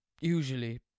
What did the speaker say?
usually